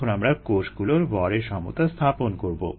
এখন আমরা কোষগুলোর ভরের সমতা স্থাপন করবো